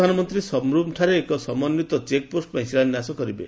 ପ୍ରଧାନମନ୍ତ୍ରୀ ସବ୍ରମ୍ଠାରେ ଏକ ସମନ୍ଧିତ ଚେକ୍ପୋଷ୍ଟ ପାଇଁ ଶିଳାନ୍ୟାସ କରିବେ